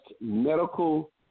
medical